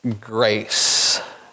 grace